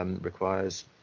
requires